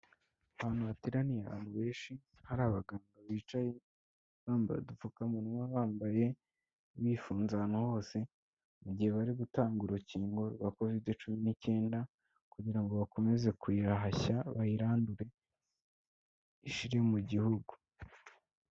Ahantu hateraniye abantu benshi, hari abagabo bicaye bambaye udupfukamunwa, bambaye bifunze ahantu hose, mu gihe bari gutanga urukingo rwa Covid cumi n'icyenda kugira ngo bakomeze kuyihashya bayirandure, ishire mu gihugu.